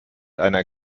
einer